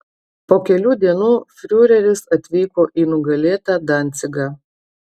po kelių dienų fiureris atvyko į nugalėtą dancigą